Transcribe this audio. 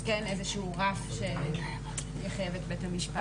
זה כן איזשהו רף שיחייב את בית המשפט.